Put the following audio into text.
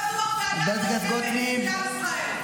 הפנקס פתוח והיד רושמת בשביל עם ישראל.